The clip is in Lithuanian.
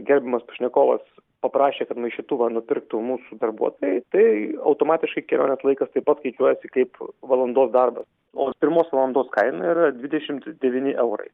gerbiamas pašnekovas paprašė kad maišytuvą nupirktų mūsų darbuotojai tai automatiškai kelionės laikas taip pat skaičiuojasi kaip valandos darbas o pirmos valandos kaina yra dvidešimt devyni eurai